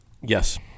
Yes